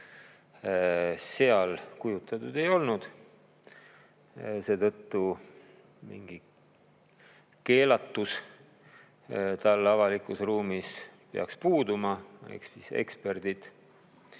– kujutatud ei olnud. Seetõttu mingi keelatus talle avalikus ruumis peaks puuduma. Eks siis